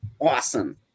awesome